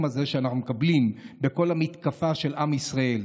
הזה שאנחנו מקבלים בכל המתקפה על עם ישראל,